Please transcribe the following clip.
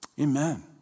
Amen